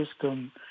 system